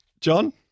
john